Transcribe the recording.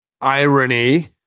irony